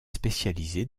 spécialisée